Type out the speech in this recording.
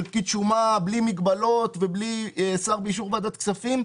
פקיד שומה בלי מגבלות ובלי שר באישור ועדת כספים,